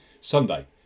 Sunday